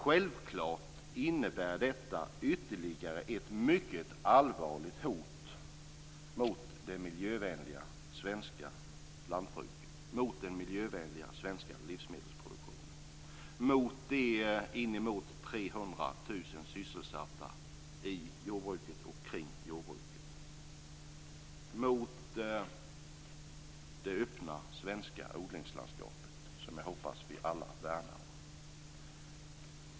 Självklart innebär detta ytterligare ett mycket allvarligt hot mot det miljövänliga svenska lantbruket, mot den miljövänliga svenska livsmedelsproduktionen, mot de inemot 300 000 personer som är sysselsatta i och kring jordbruket och mot det öppna svenska odlingslandskapet, som jag hoppas att vi alla värnar om.